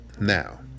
now